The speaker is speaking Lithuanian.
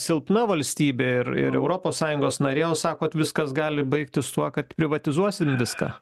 silpna valstybė ir ir europos sąjungos narė sakot viskas gali baigtis tuo kad privatizuosim viską